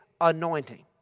anointing